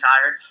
tired